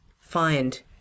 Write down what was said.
find